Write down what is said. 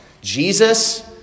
Jesus